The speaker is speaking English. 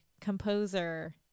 composer